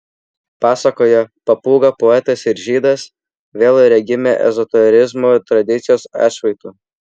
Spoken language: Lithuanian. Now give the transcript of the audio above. pasakoje papūga poetas ir žydas vėl regime ezoterizmo tradicijos atšvaitų